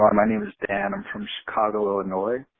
my name is dan, i'm from chicago, illinois.